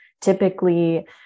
typically